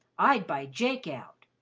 i'd buy jake out.